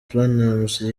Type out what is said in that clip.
platnumz